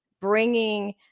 bringing